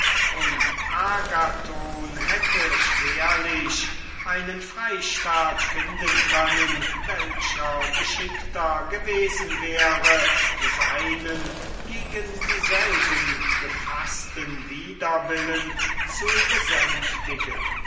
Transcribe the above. und agathon hätte schwerlich einen freistaat finden können welcher geschickter gewesen wäre seinen gegen dieselbe gefaßten widerwillen zu besänftigen